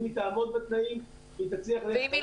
אם היא תעמוד בתנאים,